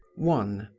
one.